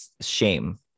shame